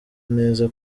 neza